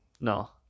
no